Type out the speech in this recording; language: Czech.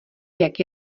jak